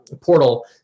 portal